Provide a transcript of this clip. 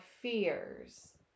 fears